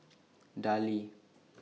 Darlie